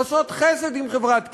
עושות חסד עם חברת כי"ל,